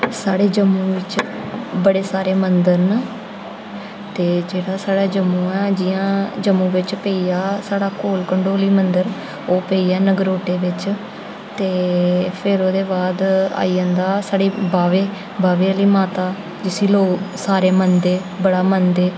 साढ़े जम्मू बिच बड़े सारे मन्दर न ते जेह्ड़ा साढ़ा जम्मू ऐ जि'यां जम्मू बिच पेइया साढ़ा कोल कंडोली मन्दर ओह् पेइया नगरोटै बिच ते फिर ओह्दे बाद आई जंदा साढ़े बाह्वे बाह्वे आह्ली माता जिसी लोग सारे मनदे बड़ा मनदे